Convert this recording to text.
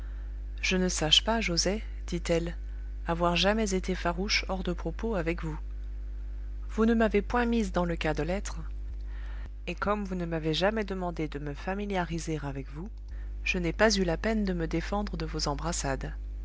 je ne sache pas joset dit-elle avoir jamais été farouche hors de propos avec vous vous ne m'avez point mise dans le cas de l'être et comme vous ne m'avez jamais demandé de me familiariser avec vous je n'ai pas eu la peine de me défendre de vos embrassades